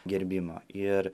gerbimo ir